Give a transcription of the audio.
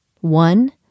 One